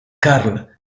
carl